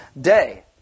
day